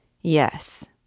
Yes